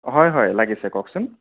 হয় হয় লাগিছে কওকচোন